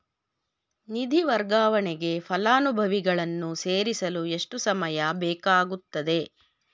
ನಿಧಿ ವರ್ಗಾವಣೆಗೆ ಫಲಾನುಭವಿಗಳನ್ನು ಸೇರಿಸಲು ಎಷ್ಟು ಸಮಯ ಬೇಕಾಗುತ್ತದೆ?